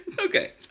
Okay